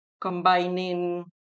combining